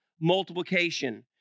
multiplication